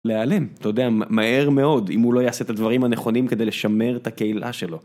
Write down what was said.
להיעלם, אתה יודע, מהר מאוד אם הוא לא יעשה את הדברים הנכונים כדי לשמר את הקהילה שלו.